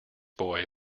boy